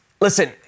Listen